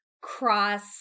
cross